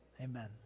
Amen